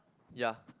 ya